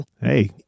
hey